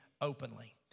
openly